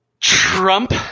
Trump